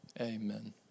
amen